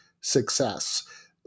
success